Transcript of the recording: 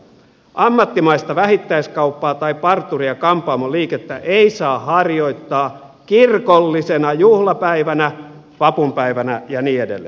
ammattimaista vähittäiskauppaa tai parturi ja kampaamoliikettä ei saa harjoittaa kirkollisena juhlapäivänä vapunpäivänä ja niin edelleen